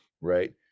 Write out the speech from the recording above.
right